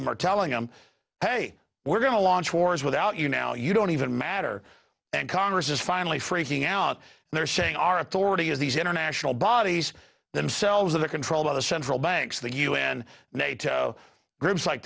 them are telling him hey we're going to launch wars without you now you don't even matter and congress is finally freaking out and they're saying our authority is these international bodies themselves that are controlled by the central banks the u n nato groups like